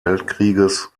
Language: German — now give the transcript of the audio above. weltkrieges